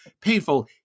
painful